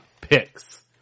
picks